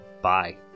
Bye